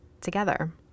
together